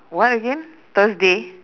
what again thursday